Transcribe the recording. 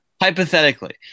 Hypothetically